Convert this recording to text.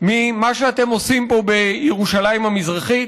ממה שאתם עושים פה, בירושלים המזרחית?